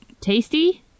tasty